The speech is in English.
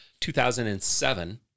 2007